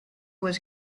was